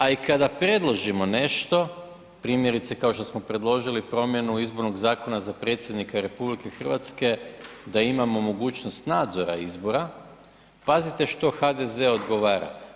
A i kada predložimo nešto, primjerice kao što smo predložili promjenu Izbornog zakona za predsjednika RH da imamo mogućnost nadzora i izbora, pazite što HDZ odgovara.